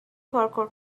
پارکور